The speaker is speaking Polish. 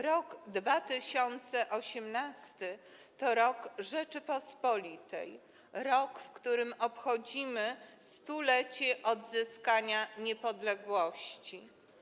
Rok 2018 to rok Rzeczypospolitej, rok, w którym obchodzimy 100-lecie odzyskania niepodległości.